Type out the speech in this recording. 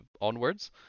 onwards